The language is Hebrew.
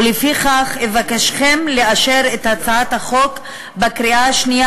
ולפיכך אבקשכם לאשר אותה בקריאה שנייה